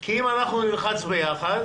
כי אם אנחנו נלחץ ביחד